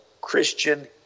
Christian